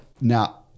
now